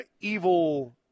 evil